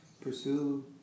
Pursue